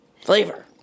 flavor